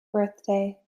birthday